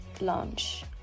launch